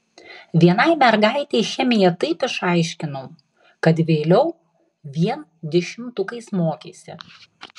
vienai mergaitei chemiją taip išaiškinau kad vėliau vien dešimtukais mokėsi